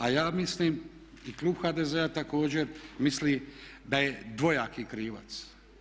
A ja mislim i klub HDZ-a također misli da je dvojaki krivac.